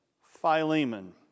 Philemon